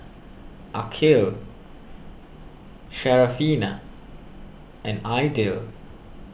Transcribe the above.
Aqil Syarafina and Aidil